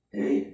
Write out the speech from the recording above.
Hey